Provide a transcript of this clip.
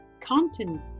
content